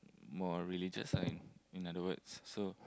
more religious ah in in other words so